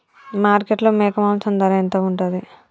మార్కెట్లో మేక మాంసం ధర ఎంత ఉంటది?